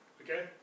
Okay